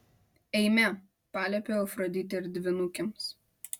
eime paliepiau afroditei ir dvynukėms